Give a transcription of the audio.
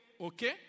Okay